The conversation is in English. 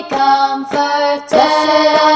comforted